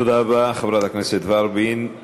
תודה רבה, חברת הכנסת ורבין.